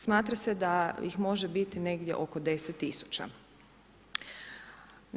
Smatra se da ih može biti negdje oko 10 000.